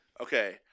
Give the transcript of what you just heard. Okay